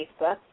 Facebook